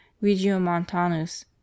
Regiomontanus